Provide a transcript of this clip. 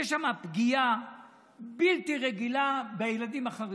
יש שם פגיעה בלתי רגילה בילדים החרדים.